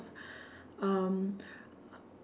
um